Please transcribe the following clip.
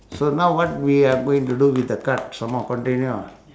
so now what we're going to do with the card some more continue ah